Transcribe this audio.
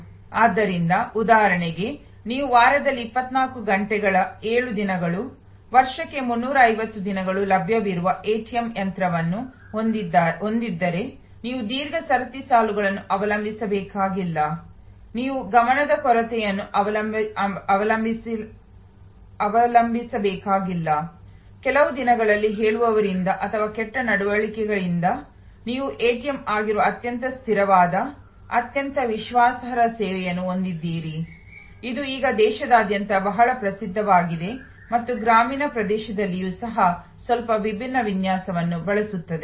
ಆದ್ದರಿಂದ ಉದಾಹರಣೆಗೆ ನೀವು ವಾರದಲ್ಲಿ 24 ಗಂಟೆಗಳ 7 ದಿನಗಳು ವರ್ಷಕ್ಕೆ 365 ದಿನಗಳು ಲಭ್ಯವಿರುವ ಎಟಿಎಂ ಯಂತ್ರವನ್ನು ಹೊಂದಿದ್ದರೆ ನೀವು ದೀರ್ಘ ಸರತಿ ಸಾಲುಗಳನ್ನು ಅವಲಂಬಿಸಬೇಕಾಗಿಲ್ಲ ನೀವು ಗಮನದ ಕೊರತೆಯನ್ನು ಅವಲಂಬಿಸಬೇಕಾಗಿಲ್ಲ ಕೆಲವು ದಿನಗಳಲ್ಲಿ ಹೇಳುವವರಿಂದ ಅಥವಾ ಕೆಟ್ಟ ನಡವಳಿಕೆಯಿಂದ ನೀವು ಎಟಿಎಂ ಆಗಿರುವ ಅತ್ಯಂತ ಸ್ಥಿರವಾದ ಅತ್ಯಂತ ವಿಶ್ವಾಸಾರ್ಹ ಸೇವೆಯನ್ನು ಹೊಂದಿದ್ದೀರಿ ಇದು ಈಗ ದೇಶಾದ್ಯಂತ ಬಹಳ ಪ್ರಸಿದ್ಧವಾಗಿದೆ ಮತ್ತು ಗ್ರಾಮೀಣ ಪ್ರದೇಶಗಳಲ್ಲಿಯೂ ಸಹ ಸ್ವಲ್ಪ ವಿಭಿನ್ನ ವಿನ್ಯಾಸವನ್ನು ಬಳಸುತ್ತದೆ